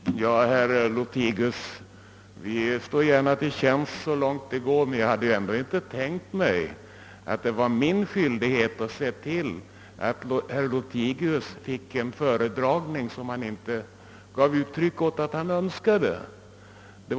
Herr talman! Ja, herr Lothigius, vi står gärna till tjänst så långt vi kan men jag hade inte tänkt mig att det var min skyldighet att se till att herr Lothigius fick en föredragning som han inte uttryckt någon önskan om.